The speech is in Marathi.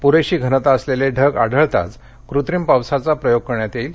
पुरेशी घनता असलेले ढग आढळताच कृत्रिम पावसाचा प्रयोग करण्यात येईल